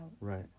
Right